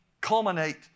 culminate